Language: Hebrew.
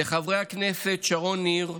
לחברי הכנסת שרון ניר,